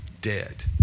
dead